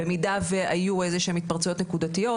במידה והיו איזה שהם התפרצויות נקודתיות,